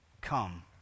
Come